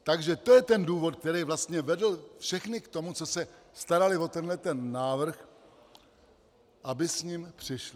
Takže to je ten důvod, který vlastně vedl všechny k tomu, co se starali o tenhleten návrh, aby s ním přišli.